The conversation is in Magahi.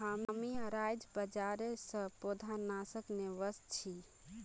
हामी आईझ बाजार स पौधनाशक ने व स छि